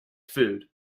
food